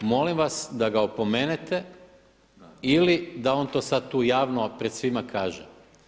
Molim vas da ga opomenete ili da on sad to tu javno pred svima kaže.